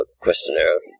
questionnaire